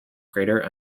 greater